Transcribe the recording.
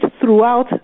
throughout